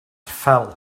fell